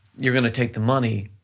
you're gonna take the money